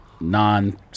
non